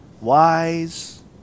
wise